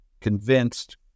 convinced